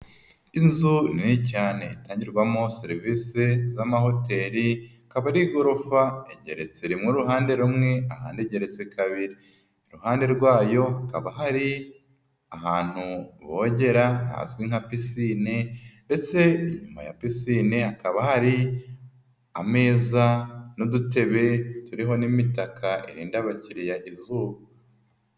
Inzu nini cyane itangirwamo serivisi z'amahoteli ikaba ari igorofa igeretse mu ruhande rumwe ahandi igeretse kabiri, iruhande rwayo hakaba hari ahantu bogera hazwi nka pisine ndetse inyuma ya pisine hakaba hari ameza n'udutebe turiho n'imitaka irinda abakiriya izuba.